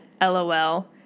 lol